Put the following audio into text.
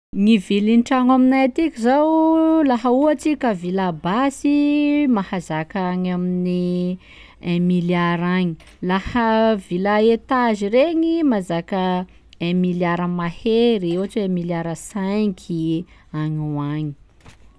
Gny vilin-tragno aminay atiky zao, laha ohatsy ka villa basy, mahazaka agny amin'ny un milliard agny, laha villa etage regny mahazaka un milliard mahery, ohatsy hoe un milliard cinqy agny ho agny.